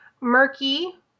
Murky